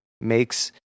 makes